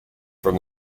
from